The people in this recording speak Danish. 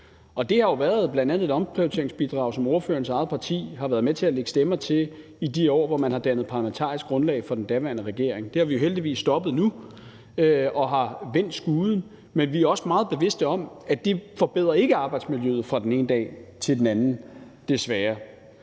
Der har jo bl.a. været et omprioriteringsbidrag, som ordførerens eget parti har været med til at lægge stemmer til i de år, hvor man har været parlamentarisk grundlag for den daværende regering. Det har vi heldigvis stoppet nu og har vendt skuden, men vi er også meget bevidste om, at det ikke forbedrer arbejdsmiljøet fra den ene dag til den anden, desværre.